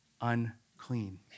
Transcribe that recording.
Unclean